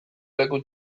leku